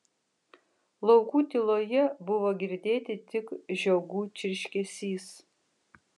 laukų tyloje buvo girdėti tik žiogų čirškesys